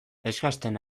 eskasten